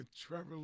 Trevor